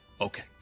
okay